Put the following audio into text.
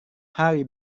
hari